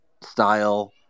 style